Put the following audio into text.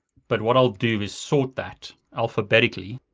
but what i'll do is sort that alphabetically,